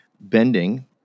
bending